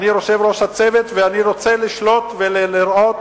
אני יושב-ראש הצוות, ואני רוצה לשלוט ולראות